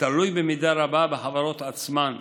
תלוי במידה רבה בחברות עצמן.